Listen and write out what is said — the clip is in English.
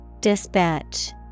Dispatch